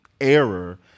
error